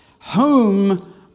Home